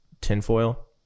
tinfoil